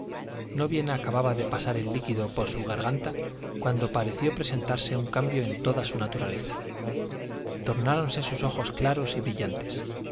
no bien acababa de pasar el líquido por su garganta cuando pareció presentarse un cambio en toda su naturaleza tornáronse sus ojos claros y brillantes